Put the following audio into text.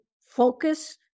focus